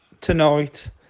Tonight